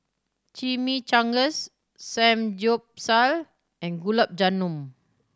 Chimichangas Samgyeopsal and Gulab Jamun